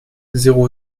zéro